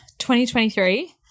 2023